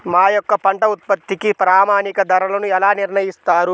మా యొక్క పంట ఉత్పత్తికి ప్రామాణిక ధరలను ఎలా నిర్ణయిస్తారు?